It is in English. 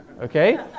Okay